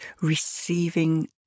receiving